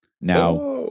Now